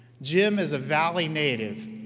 jim is a valley native.